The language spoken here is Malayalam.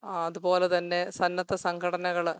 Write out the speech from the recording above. അതുപോലെ തന്നെ സന്നദ്ധ സംഘടനകൾ